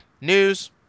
News